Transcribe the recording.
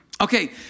Okay